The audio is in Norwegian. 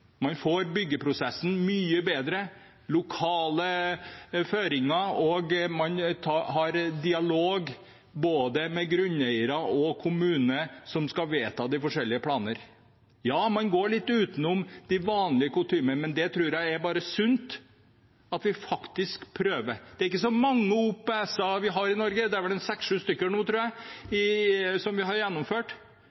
man får byggeprosessen mye bedre, og i de lokale føringer har man en dialog med både grunneiere og kommunen som skal vedta de forskjellige planene. Ja, man går litt utenom de vanlige kutymene, men det tror jeg bare er litt sunt at vi faktisk prøver. Det er ikke så mange OPS-er vi har i Norge. Det er vel gjennomført seks–sju stykker nå, tror jeg,